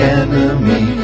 enemy